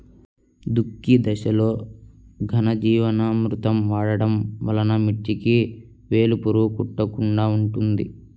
దుక్కి దశలో ఘనజీవామృతం వాడటం వలన మిర్చికి వేలు పురుగు కొట్టకుండా ఉంటుంది?